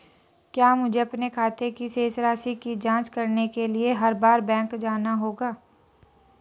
क्या मुझे अपने खाते की शेष राशि की जांच करने के लिए हर बार बैंक जाना होगा?